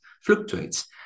fluctuates